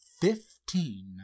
fifteen